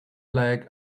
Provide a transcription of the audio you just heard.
leg